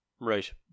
Right